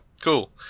Cool